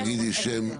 רק תגידי שם.